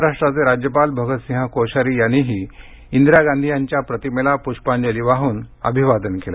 महाराष्ट्राचे राज्यपाल भगतसिंह कोश्यारी यांनीही इंदिरा गांधी यांच्या प्रतिमेला पूष्पांजली वाहून अभिवादन केलं